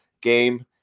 game